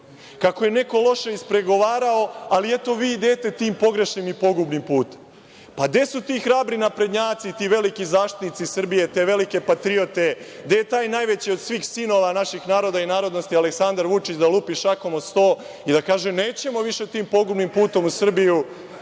kako je neko loše ispregovarao, ali, eto, vi idete tim pogrešnim i pogubnim putem. Pa, gde su ti hrabri naprednjaci, ti veliki zaštitnici Srbije, te velike patriote? Gde je taj najveći od svih sinova naših naroda i narodnosti, Aleksandar Vučić, da lupi šakom o sto i da kaže – nećemo više tim pogubnim putem Srbije